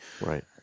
Right